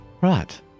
Right